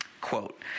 Quote